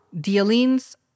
dealings